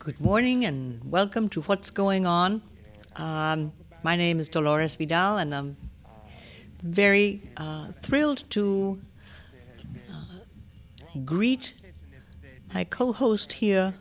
good morning and welcome to what's going on my name is dolores b doll and i'm very thrilled to greet i co host here